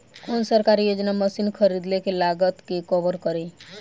कौन सरकारी योजना मशीन खरीदले के लागत के कवर करीं?